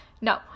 No